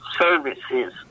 services